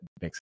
makes